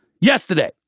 yesterday